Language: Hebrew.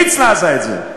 מצנע עשה את זה,